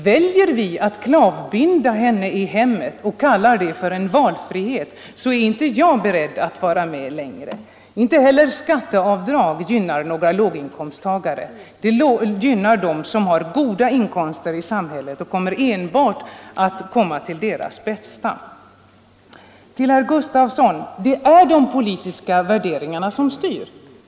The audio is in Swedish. Väljer man att klavbinda kvinnan i hemmet och kallar det för valfrihet, så vill jag inte vara med längre. Inte heller skatteavdrag gynnar några låginkomsttagare; det gynnar enbart dem som har goda inkomster i samhället. Till herr Gustavsson i Alvesta vill jag säga att det är de politiska värderingarna som styr.